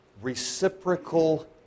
reciprocal